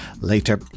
later